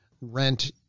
rent